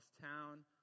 town